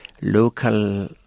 local